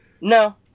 No